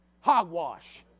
Hogwash